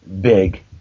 big